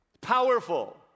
Powerful